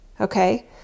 Okay